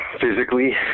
physically